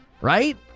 Right